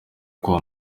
kwa